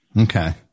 Okay